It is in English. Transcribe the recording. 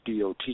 dot